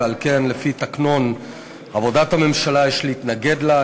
ועל כן לפי תקנון הממשלה יש להתנגד לה.